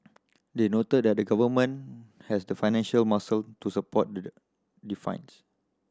they noted that the Government has the financial muscle to support the defines